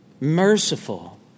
Merciful